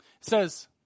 says